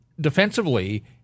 defensively